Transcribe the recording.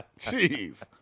Jeez